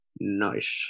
nice